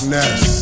Ness